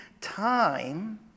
time